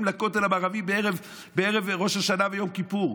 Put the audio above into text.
לכותל המערבי בערב ראש השנה ויום כיפור.